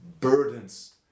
burdens